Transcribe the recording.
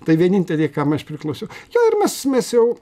tai vieninteliai kam aš priklausiau jau ir mes mes jau